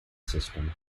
system